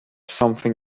something